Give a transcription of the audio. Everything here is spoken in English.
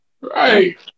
Right